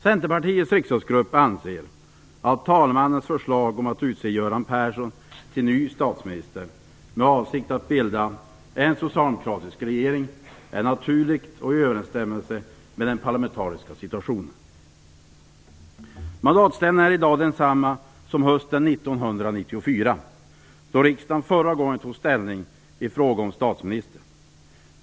Centerpartiets riksdagsgrupp anser att talmannens förslag om att utse Göran Persson till ny statsminister, med avsikt att bilda en socialdemokratisk regering, är naturligt och i överensstämmelse med den parlamentariska situationen. 1994, då riksdagen förra gången tog ställning i frågan om statsminister.